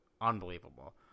unbelievable